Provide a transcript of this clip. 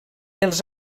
els